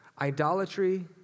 idolatry